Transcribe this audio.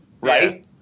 right